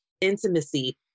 intimacy